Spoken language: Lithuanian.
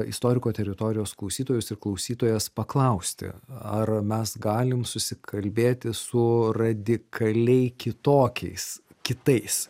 istoriko teritorijos klausytojus ir klausytojas paklausti ar mes galim susikalbėti su radikaliai kitokiais kitais